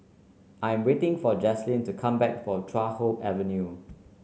I'm waiting for Jaslene to come back from Chuan Hoe Avenue